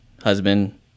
husband